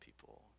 people